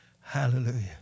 Hallelujah